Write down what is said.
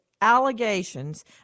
allegations